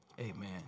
amen